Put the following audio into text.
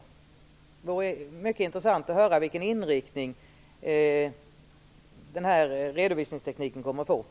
Det vore mycket intressant att höra vilken inriktning den här redovisningstekniken kommer att få.